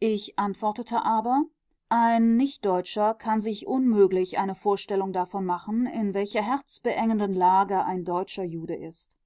ich antwortete aber ein nichtdeutscher kann sich unmöglich eine vorstellung davon machen in welcher herzbeengenden lage ein deutscher jude ist